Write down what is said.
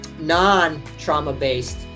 non-trauma-based